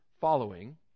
following